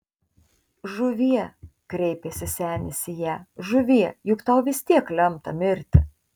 žuvie kreipėsi senis į ją žuvie juk tau vis tiek lemta mirti